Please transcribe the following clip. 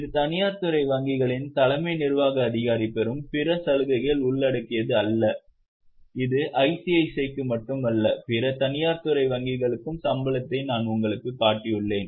இது தனியார் துறை வங்கிகளின் தலைமை நிர்வாக அதிகாரி பெறும் பிற சலுகைகளை உள்ளடக்கியது அல்ல இது ஐசிஐசிஐக்கு மட்டுமல்ல பிற தனியார் துறை வங்கிகளின் சம்பளத்தையும் நான் உங்களுக்குக் காட்டியுள்ளேன்